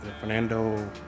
Fernando